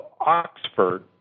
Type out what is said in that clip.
Oxford